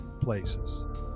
places